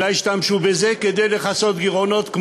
אלא השתמשו בזה כדי לכסות גירעונות,